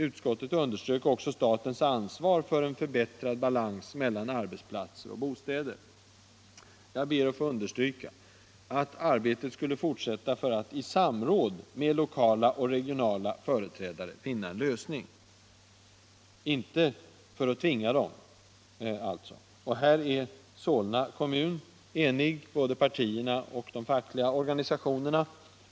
Utskottet underströk också statens ansvar Tisdagen den för en förbättrad balans mellan arbetsplatser och bostäder. 24 februari 1976 Jag ber att få understryka att arbetet skulle fortsätta för att i samråd — med lokala och regionala företrädare finna en lösning, inte för att tvinga — Om lokalisering av dem. är Solna kommun enig — det gäller både partierna och de fackliga — SJ och posttermi organisationerna.